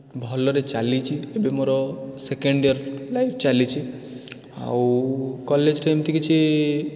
ଭଲରେ ଚାଲିଛି ଏବେ ମୋର ସେକେଣ୍ଡ୍ ଇୟର୍ ଲାଇଫ୍ ଚାଲିଛି ଆଉ କଲେଜ୍ରେ ଏମିତି କିଛି